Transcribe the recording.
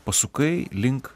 pasukai link